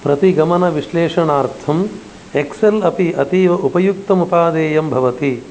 प्रतिगमनविश्लेषणार्थम् Excel अपि अतीव उपयुक्तमुपादेयं भवति